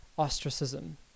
Ostracism